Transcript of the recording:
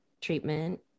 treatment